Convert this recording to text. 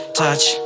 touch